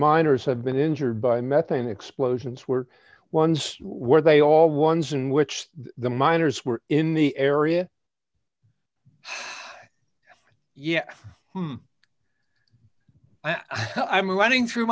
miners have been injured by methane explosions were ones were they all ones in which the miners were in the area yeah i'm running through